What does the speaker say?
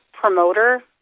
promoter